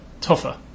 tougher